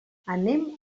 anem